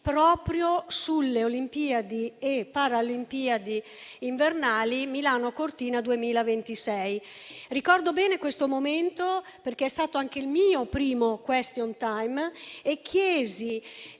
proprio sulle Olimpiadi e Paralimpiadi invernali Milano-Cortina 2026. Ricordo bene quel momento, perché è stato anche il mio primo *question time* e in